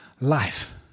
life